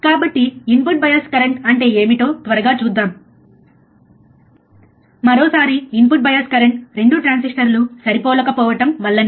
కాబట్టి input bias current అంటే ఏమిటో త్వరగా చూద్దాం మరోసారి ఇన్పుట్ బయాస్ కరెంట్ 2 ట్రాన్సిస్టర్లు సరిపోలకపోవటం వల్లనే